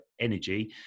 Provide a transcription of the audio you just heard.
energy